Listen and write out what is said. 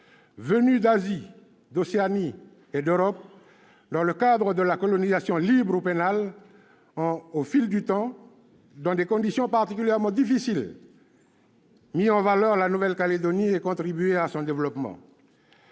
venues d'Asie, d'Océanie et d'Europe dans le cadre de la colonisation libre ou pénale, ont, au fil du temps, dans des conditions particulièrement difficiles, mis en valeur la Nouvelle-Calédonie et contribué à son développement.